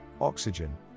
oxygen